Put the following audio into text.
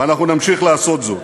ואנחנו נמשיך לעשות זאת.